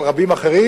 אבל גם רבים אחרים.